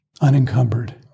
Unencumbered